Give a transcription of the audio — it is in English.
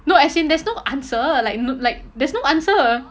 no as in there's no answer like no like there's no answer